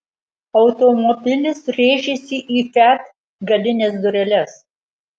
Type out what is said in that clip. automobilis rėžėsi į fiat galines dureles